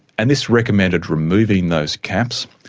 and this recommended removing those caps.